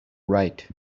right